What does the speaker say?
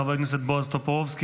חבר הכנסת בועז טופורובסקי.